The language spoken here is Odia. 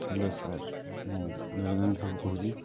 ହ୍ୟାଲୋ ସାର୍ ମୁଁ ନିରଞ୍ଜନ ସାହୁ କହୁଛି